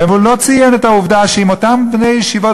והוא לא ציין את העובדה שאם אותם בני-ישיבות,